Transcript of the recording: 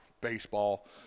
baseball